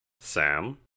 Sam